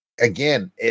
again